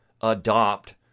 adopt